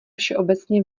všeobecně